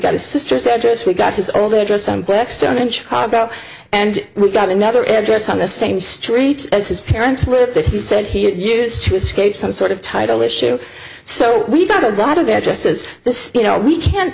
got a sister severus we got his old address on blackstone in chicago and we got another address on the same street as his parents live that he said he used to escape some sort of title issue so we got a lot of addresses this you know we can